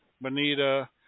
Bonita